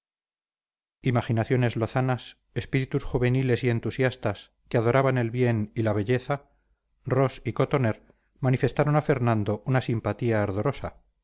imaginaciones lozanas espíritus juveniles y entusiastas que adoraban el bien y la belleza ros y cotoner manifestaron a fernando una simpatía ardorosa